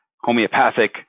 homeopathic